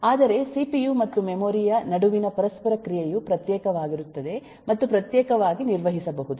ಆದರೆ ಸಿಪಿಯು ಮತ್ತು ಮೆಮೊರಿ ಯ ನಡುವಿನ ಪರಸ್ಪರ ಕ್ರಿಯೆಯು ಪ್ರತ್ಯೇಕವಾಗಿರುತ್ತದೆ ಮತ್ತು ಪ್ರತ್ಯೇಕವಾಗಿ ನಿರ್ವಹಿಸಬಹುದು